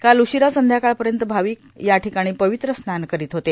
काल उशिरा संध्याकाळपर्यंत भाविक या ठिकाणी पवित्र स्नान करित होते